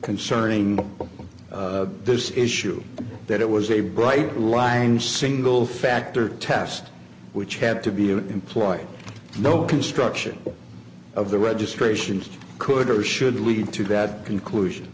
concerning this issue that it was a bright line single factor test which had to be employed no construction of the registrations could or should lead to that conclusion